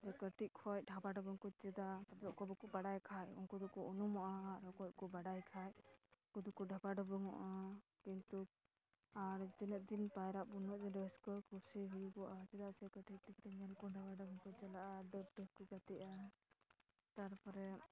ᱠᱟᱹᱴᱤᱡ ᱠᱷᱚᱡ ᱰᱷᱟᱵᱟ ᱰᱟᱵᱩᱝ ᱠᱚ ᱪᱮᱫᱟ ᱛᱟᱯᱚᱨᱮ ᱚᱠᱚᱭ ᱵᱟᱠᱚ ᱵᱟᱰᱟᱭ ᱠᱷᱟᱡ ᱩᱱᱠᱩ ᱫᱚᱠᱚ ᱩᱱᱩᱢᱚᱜᱼᱟ ᱟᱨ ᱚᱠᱚᱭ ᱠᱚ ᱵᱟᱰᱟᱭ ᱠᱷᱟᱡ ᱩᱱᱠᱩ ᱫᱚᱠᱚ ᱰᱷᱟᱵᱟ ᱰᱟᱹᱵᱩᱢᱚᱜᱼᱟ ᱠᱤᱱᱛᱩ ᱟᱨ ᱛᱤᱱᱟᱹᱜ ᱫᱤᱱ ᱯᱟᱭᱨᱟᱜ ᱵᱟᱹᱱᱩᱜ ᱫᱤᱱ ᱨᱟᱹᱥᱠᱟᱹ ᱠᱩᱥᱤ ᱦᱩᱭᱩᱜᱚᱜᱼᱟ ᱪᱮᱫᱟᱜ ᱥᱮ ᱠᱟᱹᱴᱤᱡ ᱴᱤᱠᱟᱹ ᱢᱮᱱᱠᱚ ᱰᱷᱟᱵᱟ ᱰᱟᱹᱵᱩ ᱠᱚ ᱪᱟᱞᱟᱜᱼᱟ ᱰᱟᱹᱵᱽ ᱰᱟᱹᱵ ᱠᱚ ᱜᱟᱛᱮᱜᱼᱟ ᱛᱟᱨᱯᱚᱨᱮ